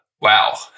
wow